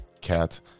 cat